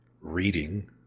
reading